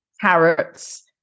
carrots